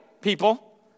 people